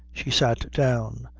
she sat down,